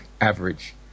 average